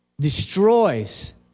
destroys